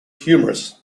humorous